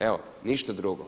Evo, ništa drugo.